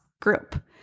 group